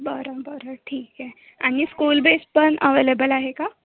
बरं बरं ठीक आहे आणि स्कूल बेस पण अव्हेलेबल आहे का